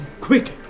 quick